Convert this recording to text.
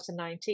2019